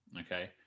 okay